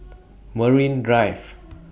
Marine Drive